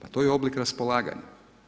A to je oblik raspolaganja.